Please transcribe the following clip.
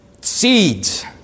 seeds